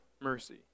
mercy